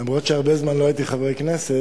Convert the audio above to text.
למרות שהרבה זמן לא הייתי חבר כנסת,